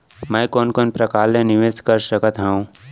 मैं कोन कोन प्रकार ले निवेश कर सकत हओं?